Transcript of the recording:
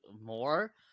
more